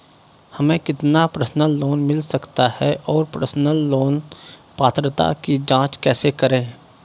हमें कितना personal loan मिल सकता है और पर्सनल लोन पात्रता की जांच कैसे करें?